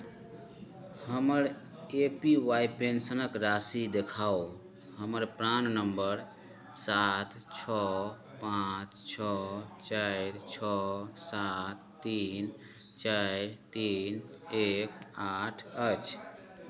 हमर A P Y पेंशनक राशि देखाउ हमर प्राण नम्बर सात छओ पाँच छओ चारि छओ सात तीन चारि तीन एक आठ अछि